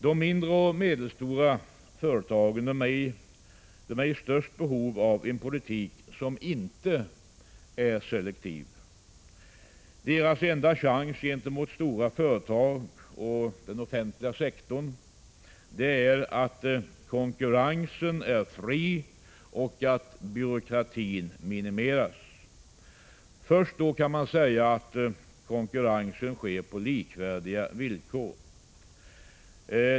De mindre och medelstora företagen är i störst behov av en politik som inte är selektiv. Deras enda chans gentemot stora företag och den offentliga sektorn ligger i att konkurrensen är fri och att byråkratin minimeras. Först då kan man säga 101 Prot. 1985/86:124 att konkurrensen sker på likvärdiga villkor.